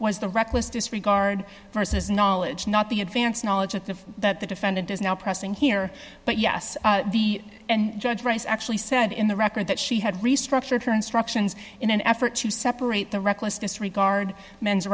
was the reckless disregard versus knowledge not the advance knowledge at the that the defendant is now pressing here but yes and judge rice actually said in the record that she had restructured her instructions in an effort to separate the reckless disregard men